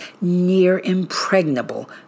near-impregnable